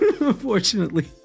unfortunately